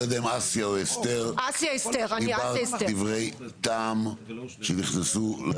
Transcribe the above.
אסיה, דיברת דברי טעם שנכנסו ללב.